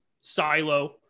silo